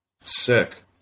sick